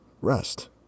rest